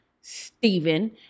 Stephen